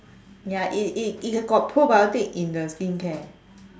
ya it it it got probiotic in the skincare